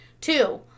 Two